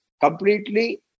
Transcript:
completely